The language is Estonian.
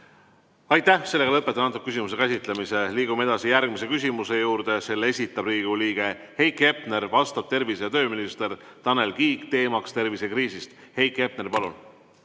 Aitäh! Lõpetan selle küsimuse käsitlemise. Liigume edasi järgmise küsimuse juurde. Selle esitab Riigikogu liige Heiki Hepner, vastab tervise- ja tööminister Tanel Kiik, teema on tervisekriis. Heiki Hepner, palun!